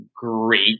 great